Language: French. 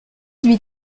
huit